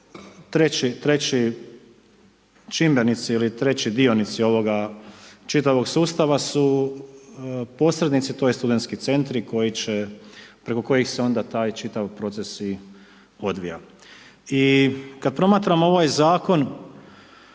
treći čimbenici ili treći dionici ovoga čitavog sustava su posrednici, tj. studentski centri, koji će, preko kojeg se onda taj čitav proces i odvija. I kada promatram ovaj zakon,